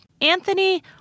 Anthony